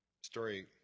story